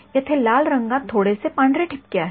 येथे लाल रंगात थोडेसे पांढरे ठिपके आहेत